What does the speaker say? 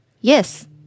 Yes